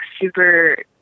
super